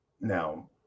Now